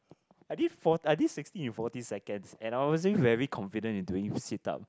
I did four I did sixty in forty seconds and I wasn't very confident in doing sit up